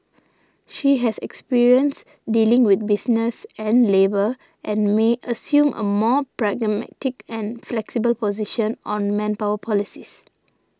she has experience dealing with business and labour and may assume a more pragmatic and flexible position on manpower policies